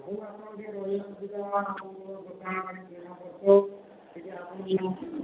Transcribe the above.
ହଉ ଆପଣ ଟିକେ ରହିବା ଚିହ୍ନା ପରିଚୟ ଟିକେ ଆପଣଙ୍କୁ